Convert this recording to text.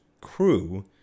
crew